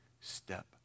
step